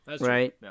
Right